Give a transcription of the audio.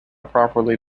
properly